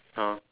ah